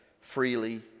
freely